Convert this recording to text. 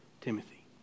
Timothy